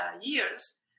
years